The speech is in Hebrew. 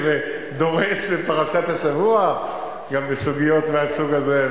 דורש בפרשת השבוע גם בסוגיות מהסוג הזה,